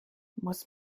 muss